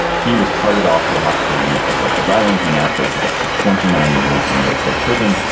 he was carted off to a hospital unit at rikers island. he now faces up to twenty nine years in new york state prison.